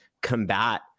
combat